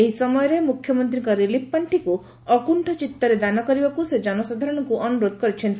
ଏହି ସମୟରେ ମୁଖ୍ୟମନ୍ତୀଙ୍କ ରିଲିଫ୍ ପାଶ୍ବିକୁ ଅକୁଶ୍ ଚିଉରେ ଦାନ କରିବାକୁ ସେ ଜନସାଧାରଣଙ୍କୁ ଅନୁରୋଧ କରିଛନ୍ତି